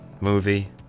movie